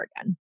again